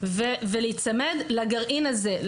התופעה ולהיצמד לגרעין הזה.